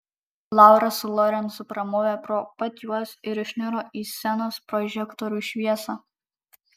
laura su lorencu pramovė pro pat juos ir išniro į scenos prožektorių šviesą